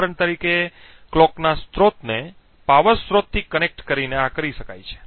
ઉદાહરણ તરીકે ઘડિયાળના સ્રોતને પાવર સ્રોતથી કનેક્ટ કરીને આ કરી શકાય છે